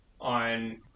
on